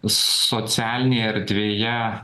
socialinėje erdvėje